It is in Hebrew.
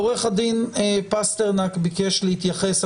עורך הדין פסטרנק ביקש להתייחס,